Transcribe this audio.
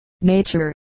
nature